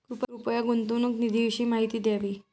कृपया गुंतवणूक निधीविषयी माहिती द्यावी